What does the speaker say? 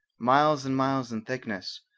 miles and miles in thickness,